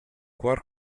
cuor